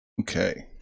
Okay